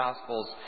Gospels